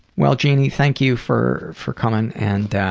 well jeanie thank you for for coming and